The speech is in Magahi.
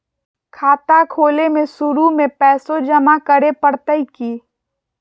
खाता खोले में शुरू में पैसो जमा करे पड़तई की?